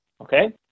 Okay